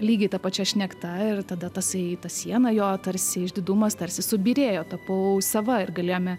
lygiai ta pačia šnekta ir tada tasai ta siena jo tarsi išdidumas tarsi subyrėjo tapau sava ir galėjome